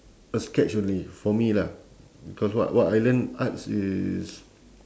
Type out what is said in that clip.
a sketch only for me lah because what what I learn arts is